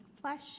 flesh